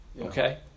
Okay